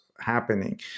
happening